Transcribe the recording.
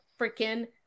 freaking